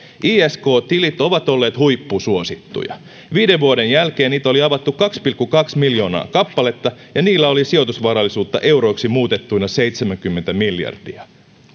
isk tilit ovat olleet huippusuosittuja viiden vuoden jälkeen niitä oli avattu kaksi pilkku kaksi miljoonaa kappaletta ja niillä oli sijoitusvarallisuutta euroiksi muutettuna seitsemänkymmentä miljardia